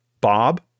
Bob